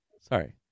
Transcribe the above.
sorry